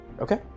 Okay